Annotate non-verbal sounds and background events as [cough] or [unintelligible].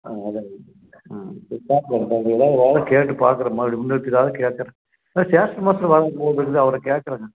ஆ அதாங்க ம் சரி பார்ப்போம் அப்படி எதாவது ஒரு ஆளை கேட்டு பார்க்குறேன் மறுடி [unintelligible] கேட்குறேன் ஆ ஸ்டேஷன் மாஸ்ட்ரு வராரு போல் இருக்குது அவரை கேட்கறேங்க